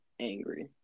angry